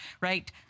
right